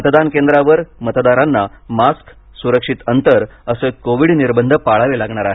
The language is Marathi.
मतदान केंद्रावर मतदारांना मास्क सुरक्षित अंतर असे कोविड निर्बंध पाळावे लागणार आहेत